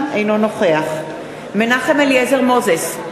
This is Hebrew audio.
אינו נוכח מנחם אליעזר מוזס,